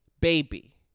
baby